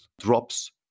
drops